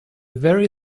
very